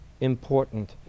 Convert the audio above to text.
important